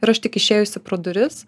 ir aš tik išėjusi pro duris